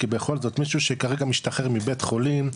כי בכל זאת מישהו שכרגע משתחרר מבית חולים,